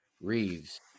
Reeves